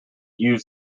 use